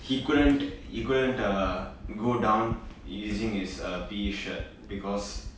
he couldn't couldn't uh go down using his uh P_E shirt because